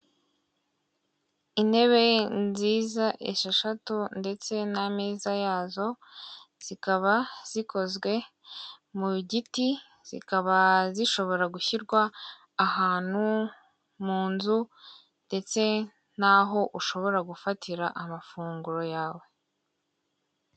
Intebe nziza esheshatu, ndetse n'ameza yazo, zikaba zikozwe mu giti, zikaba zishobora gushyirwa ahantu mu nzu, ndetse n'aho ushobora gufatira amafunguro yawe.